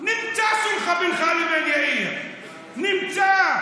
נמצא סולחה בינך לבין יאיר, נמצא.